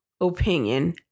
opinion